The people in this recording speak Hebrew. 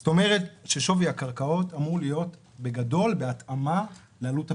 זאת אומרת ששווי הקרקעות אמור להיות בגדול בהתאמה לעלות הפינוי.